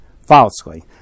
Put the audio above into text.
falsely